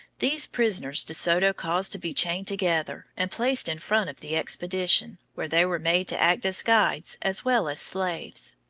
these prisoners de soto caused to be chained together and placed in front of the expedition, where they were made to act as guides as well as slaves.